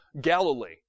Galilee